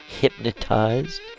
Hypnotized